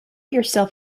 yourself